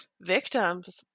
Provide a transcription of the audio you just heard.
victims